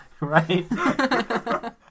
right